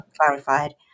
clarified